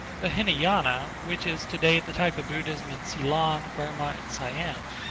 the hinayana, which is today the type of buddhism in ceylon, burma and siam,